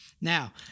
Now